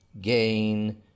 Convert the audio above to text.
gain